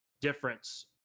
difference